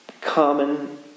common